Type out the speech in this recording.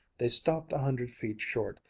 they stopped a hundred feet short,